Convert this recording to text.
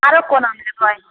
आरो कोन आम लेबै